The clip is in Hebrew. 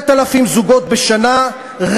10,000 זוגות בשנה,